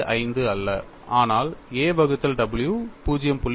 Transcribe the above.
5 அல்ல ஆனால் a w 0